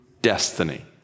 destiny